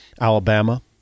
Alabama